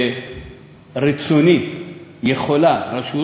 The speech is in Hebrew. ברצונה יכולה רשות